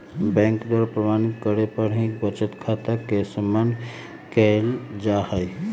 bank के द्वारा प्रमाणित करे पर ही बचत खाता के मान्य कईल जाहई